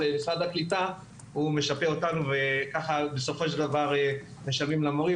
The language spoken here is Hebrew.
משרד הקליטה משפה אותנו וכך בסופו של דבר משלמים למורים,